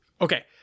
okay